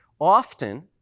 Often